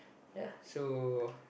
ya so